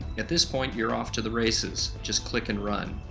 at this point, you're off to the races. just click and run.